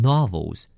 Novels